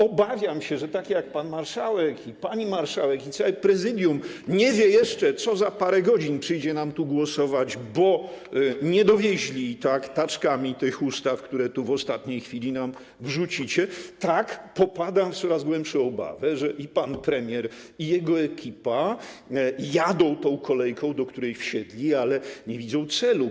Obawiam się, że tak jak pan marszałek i pani marszałek, i całe Prezydium nie wie jeszcze, nad czym za parę godzin przyjdzie nam tu głosować - bo nie dowieźli taczkami tych ustaw, które w ostatniej chwili nam tu wrzucicie - tak popadam w coraz większą obawę, że i pan premier, i jego ekipa jadą tą kolejką, do której wsiedli, ale nie widzą celu.